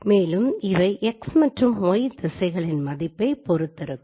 மேலும் இவை x மற்றும் y திசைகளின் மதிப்பை பொருத்திருக்கும்